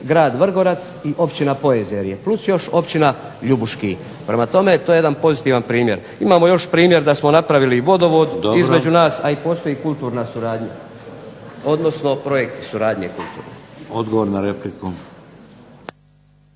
grad Vrgorac i općina Pojezerje plus još općina Ljubuški. Prema tome, to je jedan pozitivan primjer. Imamo još primjer da smo napravili i vodovod između nas, a i postoji kulturna suradnja, odnosno projekti suradnje kulturne.